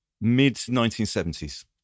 mid-1970s